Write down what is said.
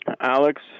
Alex